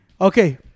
okay